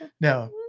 No